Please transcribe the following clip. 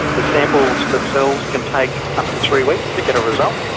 the samples themselves can take up to three weeks to get a result,